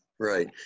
Right